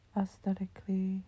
aesthetically